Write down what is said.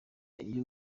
iyo